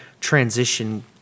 transition